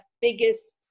biggest